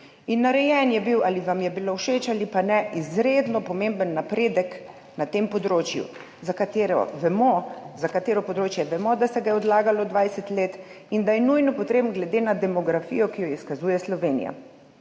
In narejen je bil, ali vam je bilo všeč ali pa ne, izredno pomemben napredek na tem področju, za katerega vemo, da se ga je odlagalo 20 let in da je nujno potreben glede na demografijo, ki jo izkazuje Slovenija.